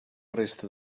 resta